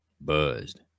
buzzed